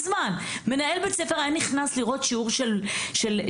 פעם מנהל בית ספר היה נכנס לראות שיעור של מורה,